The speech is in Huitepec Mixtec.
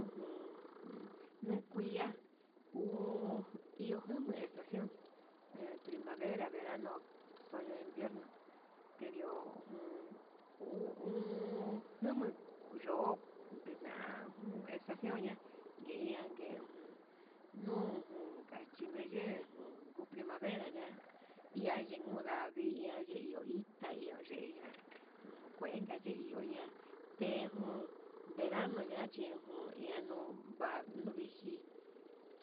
Ujun ne kuia uun iha jame'e estación, primavera, verano, otoño, invierno, kendio jun uu o'on uu jama uyo'u ndina jun estación ña nginian nguee jun nu jun ngachiye, jun primavera ña'a ian yen nuu ndavii iha yee ihu ita yuu yeiña uun kuenka chindiuña te jun verano ña cheiun ña nuu va'a nuu viji